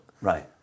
Right